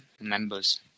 members